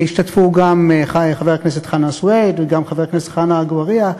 והשתתפו גם חבר הכנסת חנא סוייד וגם חבר הכנסת עפו אגבאריה.